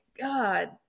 God